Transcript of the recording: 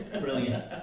brilliant